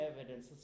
evidence